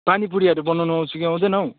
पानी पुरीहरू बनाोउन आउँछ कि आउँदैन हौ